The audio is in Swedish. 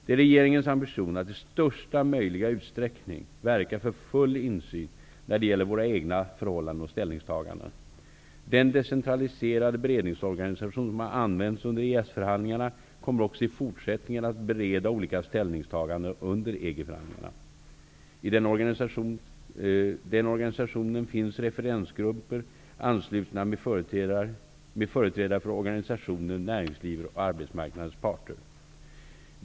Det är regeringens ambition att i största möjliga utsträckning verka för full insyn när det gäller våra egna förhållanden och ställningstaganden. Den decentraliserade beredningsorganisation som har använts under EES-förhandlingarna kommer också i fortsättningen att bereda olika ställningstaganden under EG-förhandlingarna. I den organisationen finns referensgrupper anslutna, med företrädare för organisationer, näringsliv och arbetsmarknadens parter.